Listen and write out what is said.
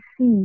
see